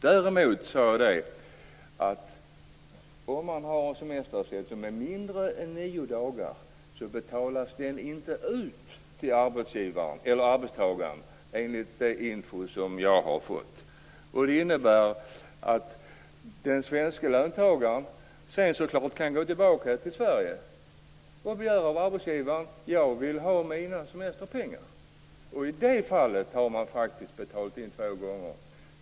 Däremot sade jag att om man har en semesterersättning som är mindre än nio dagar betalas den inte ut till arbetstagaren, enligt info som jag har fått. Det innebär att den svenske löntagaren sedan kan komma tillbaka till Sverige och begära sina semesterpengar av arbetsgivaren. I det fallet har man faktiskt betalat in två gånger.